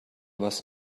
was